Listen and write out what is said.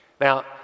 Now